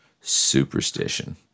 superstition